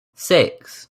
six